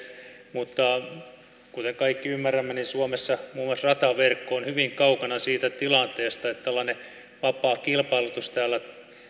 mutta kuten kaikki ymmärrämme suomessa muun muassa rataverkko on hyvin kaukana siitä tilanteesta että tällainen vapaa kilpailutus täällä